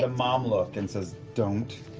ah mom look and says, don't